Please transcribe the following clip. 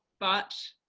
but,